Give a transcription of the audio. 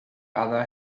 other